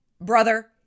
brother